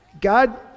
God